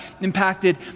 impacted